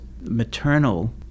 maternal